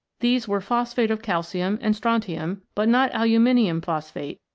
these were phosphate of calcium and strontium, but not aluminium phosphate,